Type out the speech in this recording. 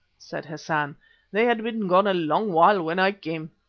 said hassan they had been gone a long while when i came.